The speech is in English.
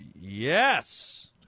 Yes